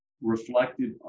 reflected